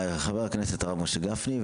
חבר הכנסת הרב משה גפני.